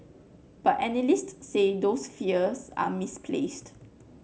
but analyst say those fears are misplaced